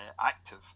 active